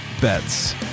bets